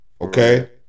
Okay